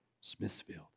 Smithfield